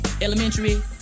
Elementary